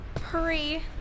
Hurry